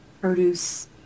produce